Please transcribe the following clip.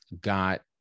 got